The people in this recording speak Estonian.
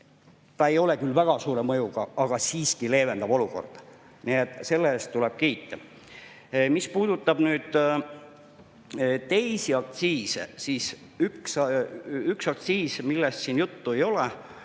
ei ole küll väga suure mõjuga, aga siiski leevendab olukorda. Selle eest tuleb kiita. Mis puudutab teisi aktsiise, siis üks aktsiis, millest siin juttu ei ole,